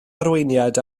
arweiniad